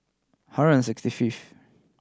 hundred and sixty fifth